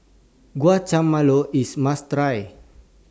Guacamole IS must Try